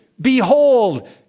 behold